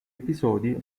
episodi